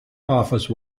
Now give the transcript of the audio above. office